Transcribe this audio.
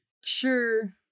sure